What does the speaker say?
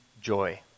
joy